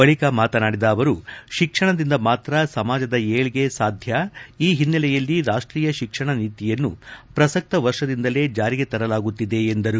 ಬಳಕ ಮಾತನಾಡಿದ ಅವರು ಶಿಕ್ಷಣದಿಂದ ಮಾತ್ರ ಸಮಾಜದ ಏಲ್ಗೆ ಸಾಧ್ಯ ಈ ಹಿನ್ನೆಲೆಯಲ್ಲಿ ರಾಷ್ಷೀಯ ಶಿಕ್ಷಣ ನೀತಿಯನ್ನು ಪ್ರಸಕ್ತ ವರ್ಷದಿಂದಲೇ ಜಾರಿಗೆ ತರಲಾಗುತ್ತಿದೆ ಎಂದರು